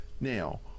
Now